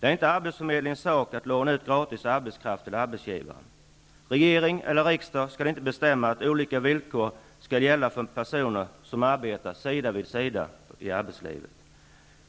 Det är inte arbetsförmedlingens sak att låna ut gratis arbetskraft till arbetsgivarna. Regering eller riksdag skall inte bestämma att olika villkor skall gälla för personer som arbetar sida vid sida ute i arbetslivet.